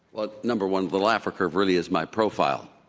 well, number one, the laffer curve really is my profile.